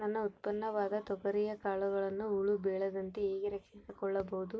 ನನ್ನ ಉತ್ಪನ್ನವಾದ ತೊಗರಿಯ ಕಾಳುಗಳನ್ನು ಹುಳ ಬೇಳದಂತೆ ಹೇಗೆ ರಕ್ಷಿಸಿಕೊಳ್ಳಬಹುದು?